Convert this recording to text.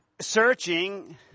searching